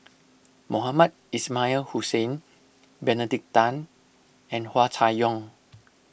Mohamed Ismail Hussain Benedict Tan and Hua Chai Yong